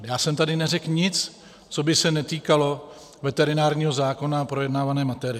Já jsem tady neřekl nic, co by se netýkalo veterinárního zákona a projednávané materie.